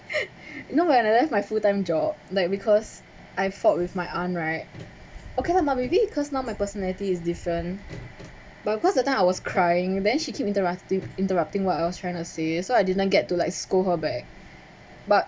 you know when I left my full time job like because I fought with my aunt right okay lah maybe because now my personality is different but of course that time I was crying then she keep interacting interrupting what I was trying to say so I didn't get to like scold her back